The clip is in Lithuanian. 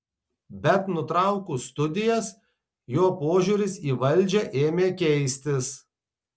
bet nutraukus studijas jo požiūris į valdžią ėmė keistis